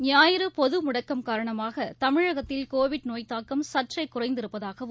ஞாயிறுபொதுமுடக்கம் காரணமாகதமிழகத்தில் கோவிட் நோய்த்தாக்கம் சற்றேகுறைந்திருப்பதாகவும்